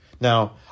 Now